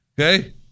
Okay